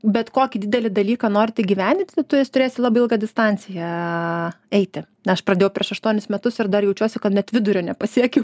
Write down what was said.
bet kokį didelį dalyką norint įgyvendinti nu tu juos turėsi turėti labai ilgą distanciją eiti aš pradėjau prieš aštuonis metus ir dar jaučiuosi kad net vidurio nepasiekiau